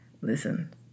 Listen